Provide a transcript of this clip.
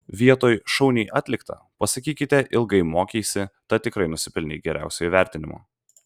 vietoj šauniai atlikta pasakykite ilgai mokeisi tad tikrai nusipelnei geriausio įvertinimo